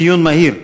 דיון מהיר.